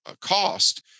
cost